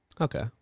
Okay